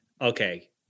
okay